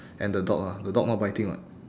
and the dog ah the dog not biting [what]